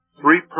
Three